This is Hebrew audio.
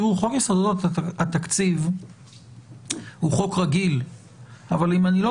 חוק יסודות התקציב הוא חוק רגיל אבל אם אני לא